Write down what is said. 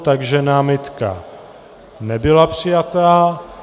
Takže námitka nebyla přijata.